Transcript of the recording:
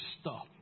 stop